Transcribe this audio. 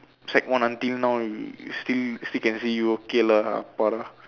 sec one until now still still can see you okay lah Para